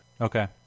Okay